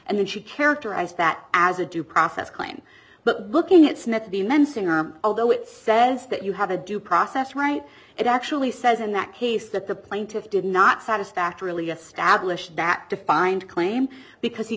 and then she characterize that as a due process claim but looking at smith the mensing are although it says that you have a due process right it actually says in that case that the plaintiff did not satisfactorily establish that defined claim because he